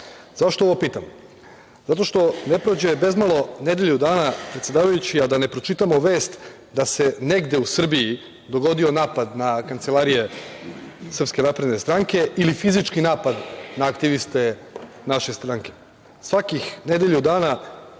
ovo pitam? Zato što ne prođe bezmalo nedelju dana, predsedavajući, a da ne pročitamo vest da se negde u Srbiji dogodio napad na kancelarije SNS ili fizički napad na aktiviste naše stranke. Svakih nedelju dana